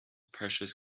precious